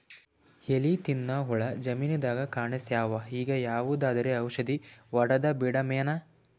ಎಲಿ ತಿನ್ನ ಹುಳ ಜಮೀನದಾಗ ಕಾಣಸ್ಯಾವ, ಈಗ ಯಾವದರೆ ಔಷಧಿ ಹೋಡದಬಿಡಮೇನ?